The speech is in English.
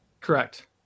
Correct